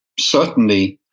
certainly,